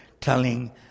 telling